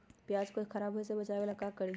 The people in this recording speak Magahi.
प्याज को खराब होय से बचाव ला का करी?